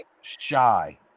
shy